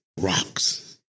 rocks